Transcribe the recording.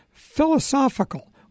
Philosophical